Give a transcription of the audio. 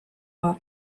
har